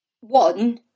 One